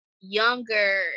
younger